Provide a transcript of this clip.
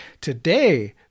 Today